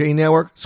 network